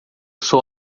sou